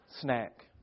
Snack